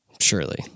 Surely